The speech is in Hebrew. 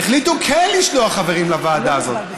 החליטו כן לשלוח חברים לוועדה הזאת,